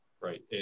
right